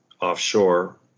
offshore